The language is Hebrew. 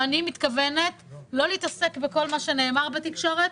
ואני מתכוונת לא להתעסק בכל מה שנאמר בתקשורת,